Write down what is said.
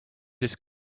just